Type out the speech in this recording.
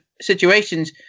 situations